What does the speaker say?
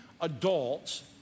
adults